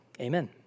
Amen